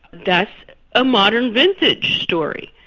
that's a modern vintage story.